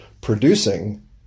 producing